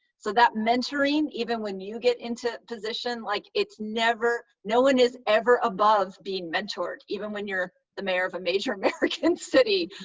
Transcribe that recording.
so, that mentoring, even when you get into position, like it's never no one is ever above being mentored, even when you're the mayor of a major american city.